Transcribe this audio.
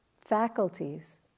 faculties